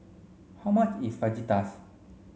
how much is Fajitas